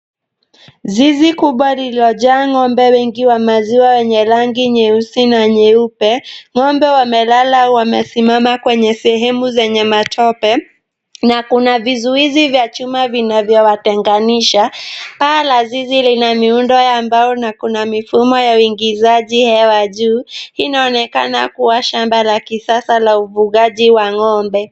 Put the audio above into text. Zizi kubwa lililojaa ng'ombe wengi wa maziwa wenye rangi nyeusi na nyeupe. Ng'ombe wamelala wamesimama kwenye sehemu zenye matope, na kuna vizuizi vya chuma vinavyowatenganisha. Paa la zizi lina miundo ya mbao na kuna mifumo ya uingizaji hewa juu. Hii inaonekana kuwa shamba la kisasa la ufugaji wa ng'ombe.